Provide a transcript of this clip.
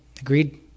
Agreed